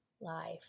life